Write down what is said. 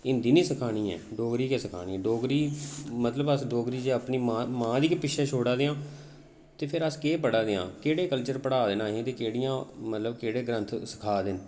हिंदी निं सखानी ऐ डोगरी गै सखानी ऐ डोगरी मतलब अस डोगरी गी अपनी मां गी गै पिच्छें छुड़ै दे आं ते फ्ही अस केह् पढ़ै दे आं केह्ड़े कल्चर पढ़ै दे न असें ई ते केह्ड़ियां मतलब केह्ड़े ग्रंथ सखाऽ दे न